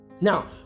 Now